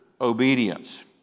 obedience